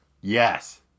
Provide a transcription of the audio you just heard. Yes